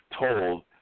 told